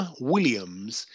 Williams